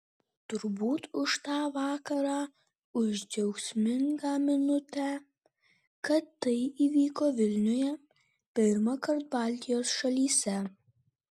turbūt už tą vakarą už džiaugsmingą minutę kad tai įvyko vilniuje pirmąkart baltijos šalyse